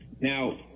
Now